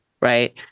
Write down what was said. right